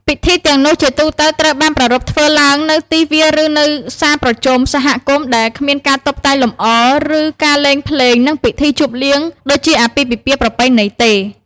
ពិធីទាំងនោះជាទូទៅត្រូវបានប្រារព្ធធ្វើឡើងនៅទីវាល ឬនៅសាលប្រជុំសហគមន៍ដែលគ្មានការតុបតែងលម្អ ការលេងភ្លេង និងពិធីជប់លៀងដូចជាអាពាហ៍ពិពាហ៍ប្រពៃណីទេ។